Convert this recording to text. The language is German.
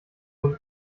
nun